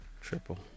Triple